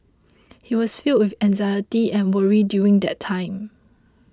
he was filled with anxiety and worry during that time